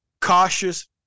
cautious